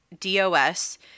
DOS